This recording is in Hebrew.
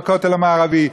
בכותל המערבי,